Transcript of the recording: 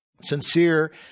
Sincere